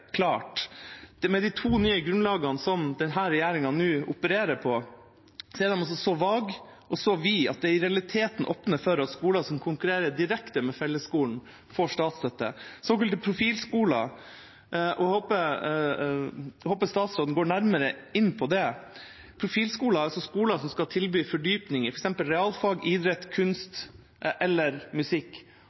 klart: Med de to nye grunnlagene som denne regjeringa nå opererer på, er de så vage og så vide at det i realiteten åpner for at skoler som konkurrerer direkte med fellesskolen, får statsstøtte. Såkalte profilskoler – og jeg håper statsråden går nærmere inn på det – er skoler som skal tilby fordypning i f.eks. realfag, idrett, kunst eller musikk,